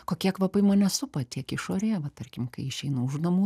kokie kvapai mane supa tiek išorėje va tarkim kai išeinu už namų